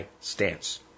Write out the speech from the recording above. stance